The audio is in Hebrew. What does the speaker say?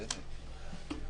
רז באמת התייחס לזה.